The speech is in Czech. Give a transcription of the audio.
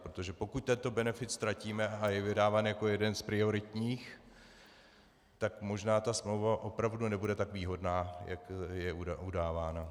Protože pokud tento benefit ztratíme, a je vydáván jako jeden z prioritních, tak možná ta smlouva opravdu nebude tak výhodná, jak je udáváno.